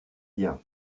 bien